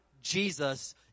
Jesus